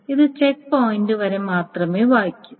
ഇത് checkpoint വരെ മാത്രമേ വായിക്കൂ